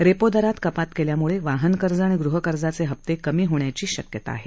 repo दरात कपात केल्यामुळे वाहनकर्ज आणि गृहकर्जाचे हप्ते कमी होण्याची शक्यता आहे